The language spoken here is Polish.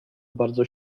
bardzo